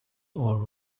all